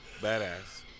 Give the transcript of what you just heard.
badass